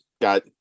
Got